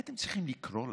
הייתם צריכים לקרוא להם: